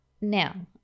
Now